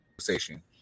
conversation